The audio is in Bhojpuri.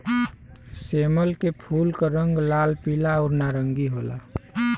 सेमल के फूल क रंग लाल, पीला आउर नारंगी होला